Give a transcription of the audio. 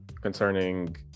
concerning